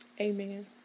Amen